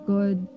Good